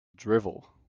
drivel